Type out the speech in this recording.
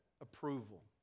approval